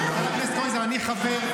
זה נהוג.